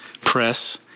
press